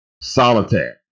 solitaire